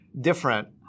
different